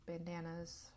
bandanas